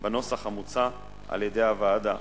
בנוסח המוצע על-ידי הוועדה.